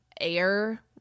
air